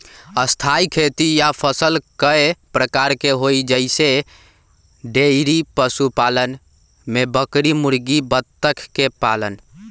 स्थाई खेती या फसल कय प्रकार के हई जईसे डेइरी पशुपालन में बकरी मुर्गी बत्तख के पालन